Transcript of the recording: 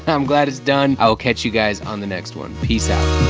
i'm glad it's done. i'll catch you guys on the next one. peace out.